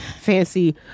fancy